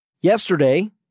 Yesterday